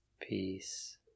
peace